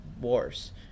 wars